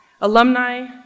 alumni